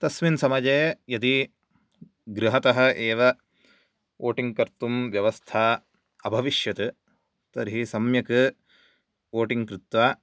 तस्मिन् समये यदि गृहतः एव वोटिङ्ग् कर्तुं व्यवस्था अभविष्यत् तर्हि सम्यक् वोटिङ्ग् कृत्वा